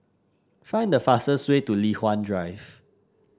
find the fastest way to Li Hwan Drive